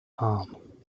arm